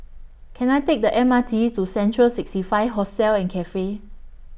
Can I Take The M R T to Central sixty five Hostel and Cafe